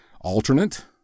alternate